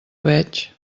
veig